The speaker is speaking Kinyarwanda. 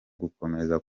gukomeza